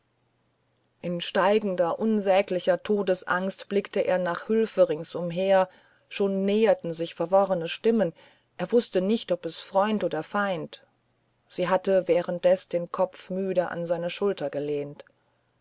in steigender unsäglicher todesangst blickte er nach hülfe ringsumher schon näherten sich verworrene stimmen er wußte nicht ob es freund oder feind sie hatte währenddes den kopf müde an seine schulter gelehnt